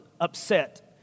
upset